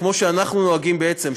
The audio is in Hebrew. כמו שאנחנו נוהגים בעצם,